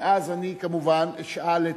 אז אני כמובן אשאל את,